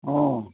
অ